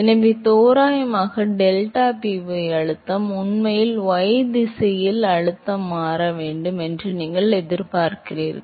எனவே தோராயமாக deltaPy அழுத்தம் உண்மையில் y திசையில் அழுத்தம் மாற வேண்டும் என்று நீங்கள் எதிர்பார்க்கிறீர்கள்